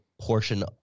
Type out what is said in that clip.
portion